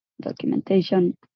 documentation